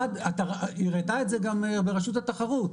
היא הראתה את זה גם ברשות התחרות,